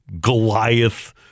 Goliath